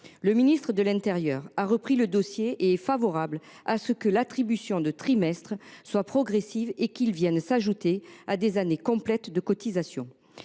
Le ministère de l’intérieur a repris le dossier. Il est favorable à ce que l’attribution de trimestres soit progressive et que ceux ci viennent s’ajouter à des années complètes de cotisations.